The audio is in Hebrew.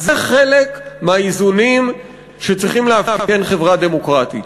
זה חלק מהאיזונים שצריכים לאפיין חברה דמוקרטית.